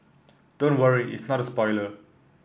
don't worry it's not a spoiler